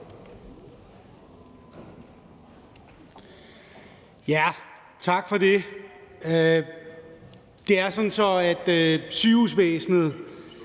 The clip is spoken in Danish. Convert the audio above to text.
Tak for det.